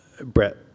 brett